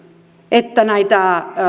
että näitä